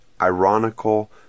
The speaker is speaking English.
ironical